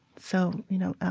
so, you know,